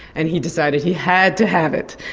and he decided he had to have it.